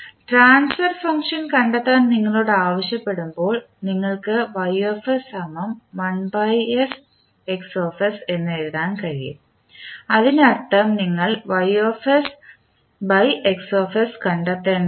transfer function കണ്ടെത്താൻ നിങ്ങളോട് ആവശ്യപ്പെടുമ്പോൾ നിങ്ങൾക്ക് എന്ന് എഴുതാൻ കഴിയും അതിനർത്ഥം നിങ്ങൾ കണ്ടെത്തേണ്ടതുണ്ട് എന്നാണ്